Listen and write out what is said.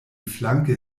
flanke